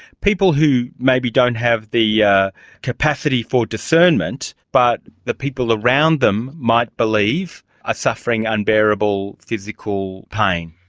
people who maybe don't have the yeah capacity for discernment, but the people around them might believe are suffering unbearable physical pain.